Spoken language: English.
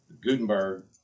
Gutenberg